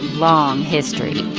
long history